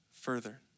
further